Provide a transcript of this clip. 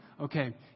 okay